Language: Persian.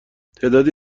تعدادی